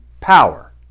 power